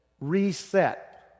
reset